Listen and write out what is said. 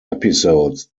episodes